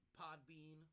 Podbean